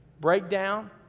breakdown